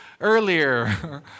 earlier